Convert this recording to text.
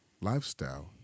lifestyle